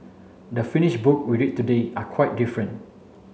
the finish book we read today are quite different